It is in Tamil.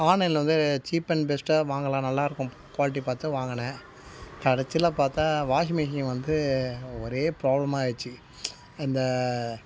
ஆன்லைனில் வந்து சீப் அண்ட் பெஸ்ட்டாக வாங்கலாம் நல்லா இருக்கும் குவாலிட்டி பார்த்து தான் வாங்கினேன் கடைசில பார்த்தா வாஷிங்மிஷின்னு வந்து ஒரே ப்ராப்ளமாயிட்ச்சு அந்த